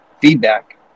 feedback